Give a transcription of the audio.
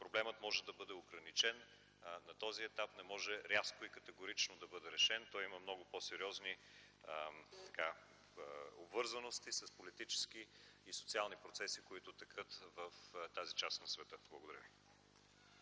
проблемът може да бъде ограничен, но не може на този етап рязко и категорично да бъде решен. Той има много по-сериозни обвързаности с политически и социални процеси, които текат в тази част на света. Благодаря ви.